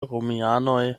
romianoj